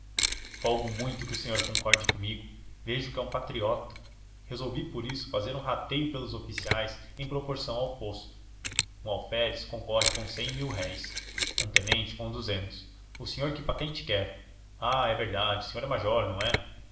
folgo muito que o senhor concorde comigo vejo que é um patriota resolvi por isso fazer um rateio pelos oficiais em proporção ao posto um alferes concorre com cem mil-réis um tenente com duzentos o senhor que patente quer ah é verdade o senhor é major não é